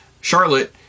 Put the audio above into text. Charlotte